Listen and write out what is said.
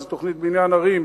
תב"ע זה תוכנית בניין ערים,